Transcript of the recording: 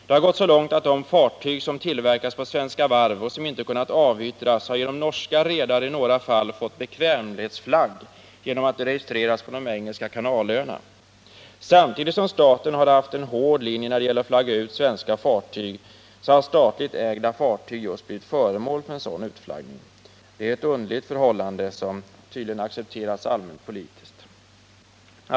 Det har gått så långt att de fartyg som tillverkats på Svenska Varv och som inte kunnat avyttras i några fall har fått bekvämlighetsflagg genom norska redare genom att de registrerats på de engelska kanalöarna. Samtidigt som staten har haft en hård linje när det gäller att flagga ut svenska fartyg har just statligt ägda fartyg blivit föremål för sådan utflaggning. Det är ett underligt förhållande, som tydligen är allmänt politiskt accepterat.